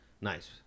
nice